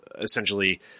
essentially